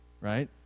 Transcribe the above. right